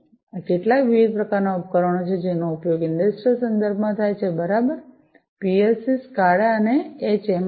આ કેટલાક વિવિધ પ્રકારનાં ઉપકરણો છે જેનો ઉપયોગ ઇંડસ્ટ્રિયલ સંદર્ભમાં થાય છે બરાબર પીએલસીસ્કાડા એચએમઆઇ